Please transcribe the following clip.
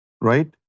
Right